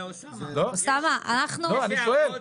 אני שואל.